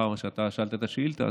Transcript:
מאחר שאתה שאלת את השאילתה,